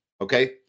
Okay